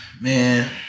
Man